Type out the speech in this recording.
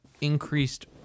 increased